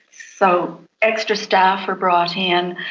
so extra staff are brought in.